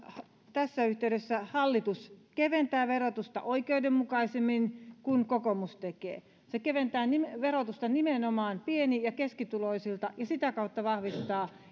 tässä yhteydessä hallitus keventää verotusta oikeudenmukaisemmin kuin kokoomus tekee se keventää verotusta nimenomaan pieni ja keskituloisilta ja sitä kautta vahvistaa